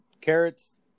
carrots